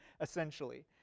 essentially